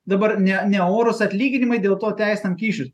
dabar ne ne orūs atlyginimai dėl to teisinam kyšius